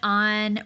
on